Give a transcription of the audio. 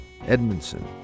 Edmondson